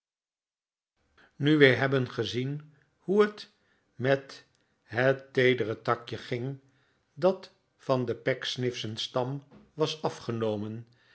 nu wij hebben gezien hoe het met het teedere takje ging dat van den pecksniff schen stam was afgenomen